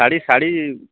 sari sari